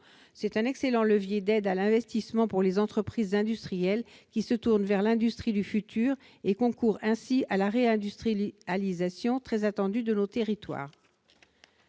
C'est un excellent levier d'aide à l'investissement pour les entreprises industrielles, qui se tournent vers l'industrie du futur et concourent ainsi à la réindustrialisation très attendue de nos territoires.